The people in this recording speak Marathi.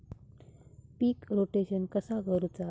पीक रोटेशन कसा करूचा?